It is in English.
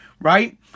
right